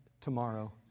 tomorrow